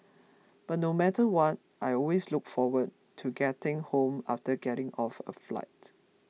but no matter what I always look forward to getting home after getting off a flight